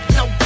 no